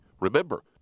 Remember